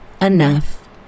Enough